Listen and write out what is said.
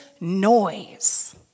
noise